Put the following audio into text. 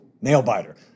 nail-biter